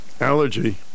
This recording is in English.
allergy